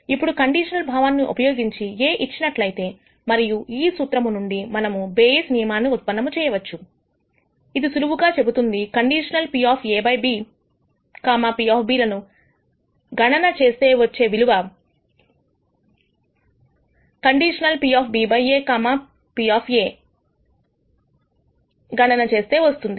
ఇప్పుడు conditional P భావాన్ని ఉపయోగించి A ఇచ్చినట్లయితే మరియు ఈ సూత్రం నుండి మనము బేయస్ నియమాన్ని ఉత్పన్నము చేయవచ్చు ఇది సులువుగా చెబుతుంది కండిషనల్ PA|B P లను ఘటన చేస్తే వచ్చే విలువ కండిషనల్ PB|A P లను గణన చేస్తే వస్తుంది